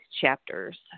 chapters